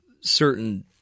certain